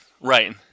right